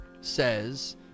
says